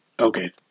Okay